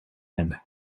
and